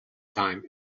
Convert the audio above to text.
time